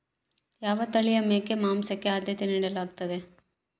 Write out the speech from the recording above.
ಯಾವ ತಳಿಯ ಮೇಕೆ ಮಾಂಸಕ್ಕೆ, ಆದ್ಯತೆ ನೇಡಲಾಗ್ತದ?